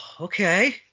okay